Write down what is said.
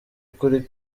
kuri